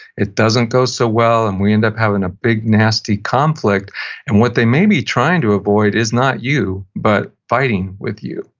it doesn't go so well, and we end up having a big, nasty conflict and what they may be trying to avoid is not you, but fighting with you,